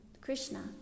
Krishna